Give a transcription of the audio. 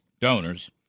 donors